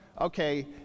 okay